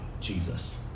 Jesus